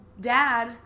Dad